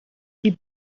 wie